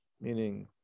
Meaning